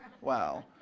wow